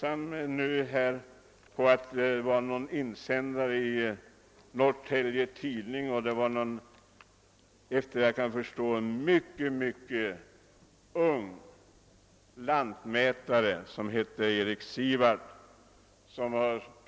Den är skriven av lantmätare Erik Sivard. Det är såvitt jag förstår en mycket ung man, som har producerat sig i tidningen.